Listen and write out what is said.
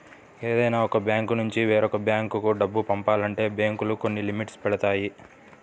ఏదైనా ఒక బ్యాంకునుంచి వేరొక బ్యేంకు డబ్బు పంపాలంటే బ్యేంకులు కొన్ని లిమిట్స్ పెడతాయి